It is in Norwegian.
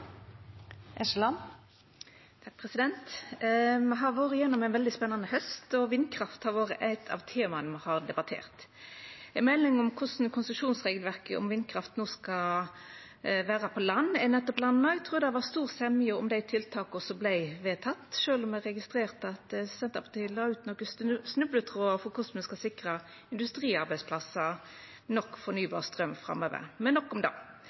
Me har vore igjennom ein veldig spennande haust, og vindkraft har vore eitt av temaa me har debattert. Ei melding om korleis konsesjonsregelverket om vindkraft no skal vera på land, er nettopp landa. Eg trur det var stor semje om dei tiltaka som vart vedtekne, sjølv om eg registrerte at Senterpartiet la ut nokre snubletrådar for korleis me skal sikra industriarbeidsplassar nok fornybar straum framover – men nok om det.